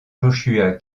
joshua